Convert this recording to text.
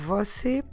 Você